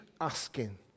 asking